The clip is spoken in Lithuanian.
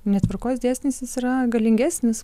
netvarkos dėsnis jis yra galingesnis